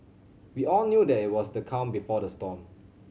we all knew that it was the calm before the storm